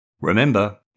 Remember